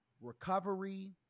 recovery